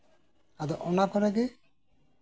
ᱚᱱᱟ ᱠᱚᱨᱮ ᱜᱮ